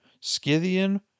Scythian